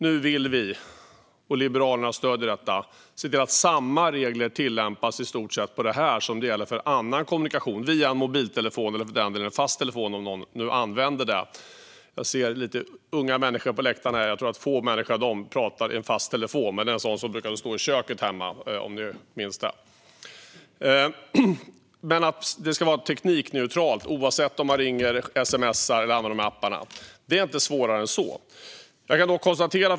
Nu vill vi, och Liberalerna stöder detta, se till att samma regler ska tillämpas på detta område som för annan kommunikation via mobiltelefon och fast telefoni, om nu någon använder det. Jag ser unga människor på läktaren här. Jag tror att få av dem brukar använda en fast telefon. Det är alltså en sådan som brukade stå i köket hemma förr. Men lagstiftningen ska alltså vara teknikneutral, oavsett om man ringer, sms:ar eller använder appar. Det är inte svårare än så. Fru talman!